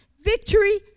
Victory